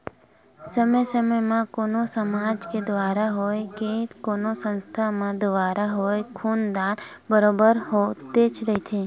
समे समे म कोनो समाज के दुवारा होवय ते कोनो संस्था के दुवारा होवय खून दान बरोबर होतेच रहिथे